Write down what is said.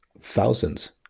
thousands